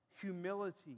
Humility